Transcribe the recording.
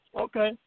Okay